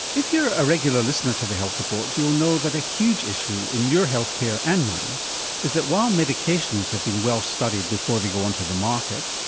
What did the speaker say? if you're a regular listener to the health report you'll know that a huge issue in your health care and mine is that while medications have been well studied before they go onto the market,